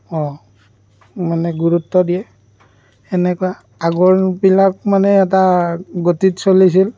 অঁ মানে গুৰুত্ব দিয়ে সেনেকুৱা আগৰবিলাক মানে এটা গতিত চলিছিল